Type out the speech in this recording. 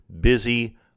busy